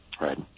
Right